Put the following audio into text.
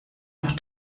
noch